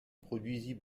produisit